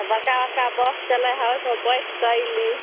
बड़का बड़का बस चलै है ओहिपर बैठ कऽ अयली